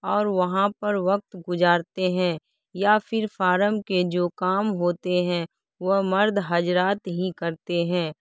اور وہاں پر وقت گزارتے ہیں یا پھر فارم کے جو کام ہوتے ہیں وہ مرد حضرات ہی کرتے ہیں